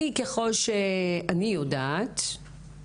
ככל שאני יודעת,